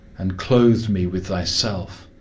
and clothed me with thyself,